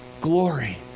glory